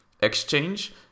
exchange